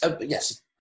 yes